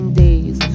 days